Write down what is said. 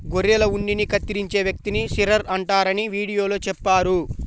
గొర్రెల ఉన్నిని కత్తిరించే వ్యక్తిని షీరర్ అంటారని వీడియోలో చెప్పారు